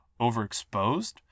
overexposed